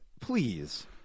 please